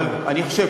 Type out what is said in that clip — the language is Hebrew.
אבל אני חושב,